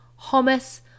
hummus